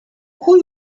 who